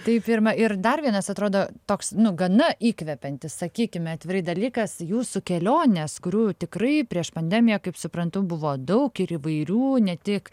taip irma ir dar vienas atrodo toks nu gana įkvepiantis sakykime atvirai dalykas jūsų kelionės kurių tikrai prieš pandemiją kaip suprantu buvo daug ir įvairių ne tik